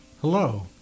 Hello